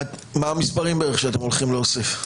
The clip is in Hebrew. מה המספרים שאתם הולכים להוסיף?